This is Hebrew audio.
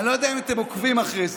אני לא יודע אם אתם עוקבים אחרי זה.